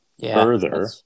Further